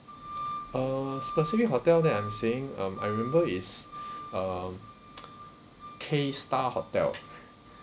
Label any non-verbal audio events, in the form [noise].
uh specific hotel that I'm staying um I remember it's [breath] um [noise] K star hotel